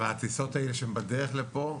והטיסות שהן בדרך לפה?